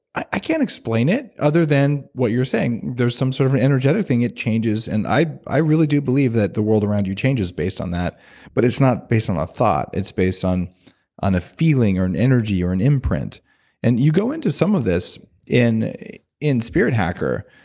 i can't explain it other than what you're saying. there's some sort of energetic thing. it changes. and i i do believe that the world around you changes based on that but it's not based on a thought. it's based on on a feeling or an energy or an imprint and you go into some of this in in spirit hacker,